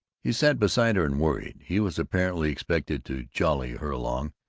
he sat beside her and worried. he was apparently expected to jolly her along,